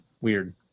weird